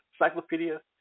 Encyclopedia